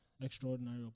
extraordinary